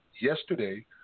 Yesterday